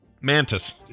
Mantis